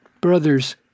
brothers